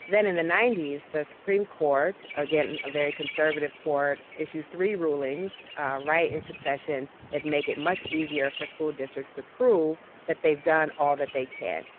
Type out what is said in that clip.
then in the ninety s the supreme court, again a very conservative court issues three rulings right in succession that make it much easier for school districts to prove that they've done all that they can.